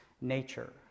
nature